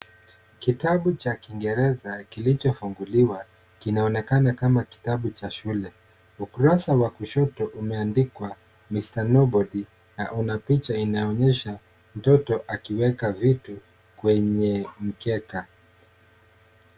Kitabu vha kingereza kilichounguliwa kinaonekana kama kitabu cha shule. Ukurasa wa kushoto umeandikwa mister nobody na una picha inayoonyesha mtoto akiweka vitu kwenye mkeka.